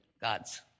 God's